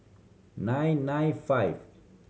nine nine five